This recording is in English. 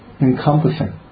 encompassing